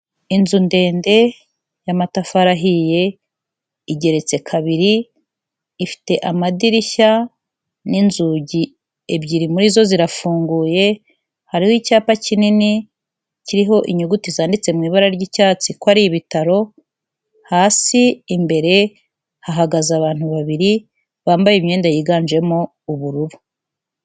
Inzu ndende y'amatafari ahiye igeretse kabiri, ifite amadirishya n'inzugi ebyiri muri zo zirafunguye, hariho icyapa kinini kiriho inyuguti zanditse mu ibara ry'icyatsi ko ari ibitaro, hasi imbere hahagaze abantu babiri bambaye imyenda yiganjemo ubururu.